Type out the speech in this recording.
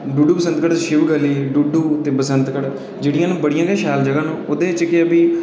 खूबसूरत जगह ते साढ़े डुड्डू बसंतगढ़ च शिवगली डुड्डू ते बसंतगढ ऐ जेह्ड़ियां बड़ियां गै शैल जगह न